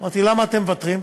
אמרתי: למה אתם מוותרים?